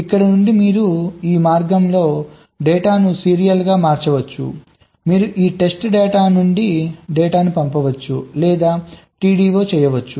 ఇక్కడ నుండి మీరు ఈ మార్గంలో డేటాను సీరియల్గా మార్చవచ్చు మీరు ఈ టెస్ట్ డేటా నుండి డేటాను పంపవచ్చు లేదా TDO చేయవచ్చు